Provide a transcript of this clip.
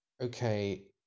okay